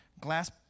Glass